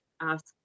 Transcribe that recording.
ask